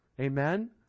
Amen